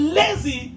lazy